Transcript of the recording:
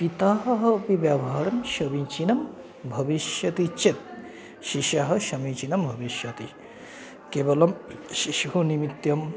पिता अपि व्यवहारं समीचीनं भविष्यति चेत् शिशुः समीचीनं भविष्यति केवलं शिशुः निमित्तं